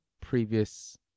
previous